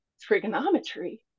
trigonometry